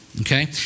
Okay